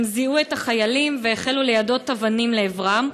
הם זיהו את החיילים והחלו ליידות אבנים לעברם.